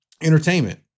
entertainment